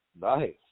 Nice